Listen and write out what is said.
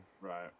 Right